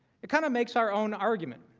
it kinda makes our own argument.